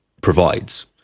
provides